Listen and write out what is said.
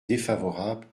défavorable